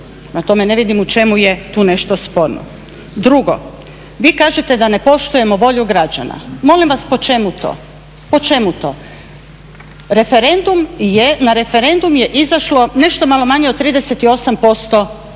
tome ne vidim u čemu je to nešto sporno. Drugo, vi kažete da ne poštujemo volju građana, molim vas po čemu to, po čemu to? Na referendum je izašlo nešto malo manje od 38% građana